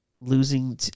losing